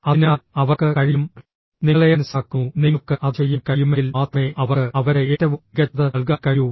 അതിനാൽ അവർക്ക് കഴിയും നിങ്ങളെ മനസിലാക്കുന്നു നിങ്ങൾക്ക് അത് ചെയ്യാൻ കഴിയുമെങ്കിൽ മാത്രമേ അവർക്ക് അവരുടെ ഏറ്റവും മികച്ചത് നൽകാൻ കഴിയൂ